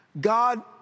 God